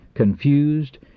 confused